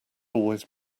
always